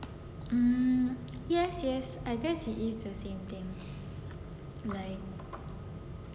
um yes yes I guess it is the same thing like